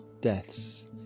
deaths